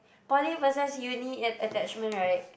poly versus uni att~ attachment right